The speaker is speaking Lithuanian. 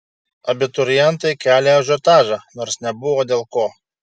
abiturientai kelią ažiotažą nors nebuvo dėl ko